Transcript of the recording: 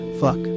fuck